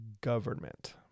government